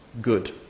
good